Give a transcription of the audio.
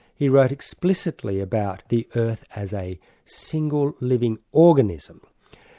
he wrote explicitly about the earth as a single living organism.